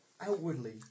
outwardly